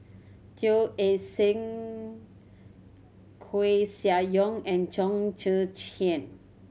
Teo Eng Seng Koeh Sia Yong and Chong Tze Chien